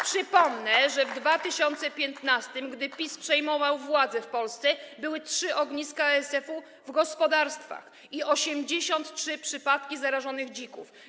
Przypomnę, że w 2015 r., gdy PiS przejmował władzę w Polsce, były trzy ogniska ASF-u w gospodarstwach i 83 przypadki zarażonych dzików.